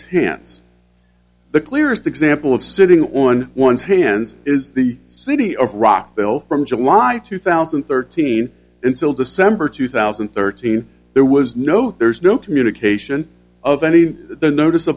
hands the clearest example of sitting on one's hands is the city of rockville from july two thousand and thirteen until december two thousand and thirteen there was no there's no communication of any in the notice